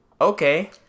okay